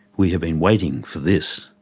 we have been waiting for this.